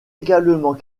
également